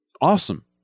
Awesome